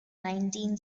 nineteen